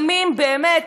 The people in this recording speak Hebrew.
ימים באמת,